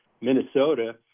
Minnesota –